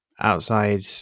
outside